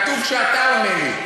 כתוב שאתה עונה לי,